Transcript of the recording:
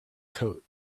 coat